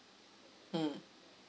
mm